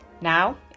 Now